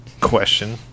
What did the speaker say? question